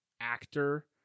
actor